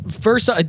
First